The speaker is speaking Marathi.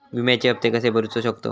विम्याचे हप्ते कसे भरूचो शकतो?